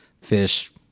fish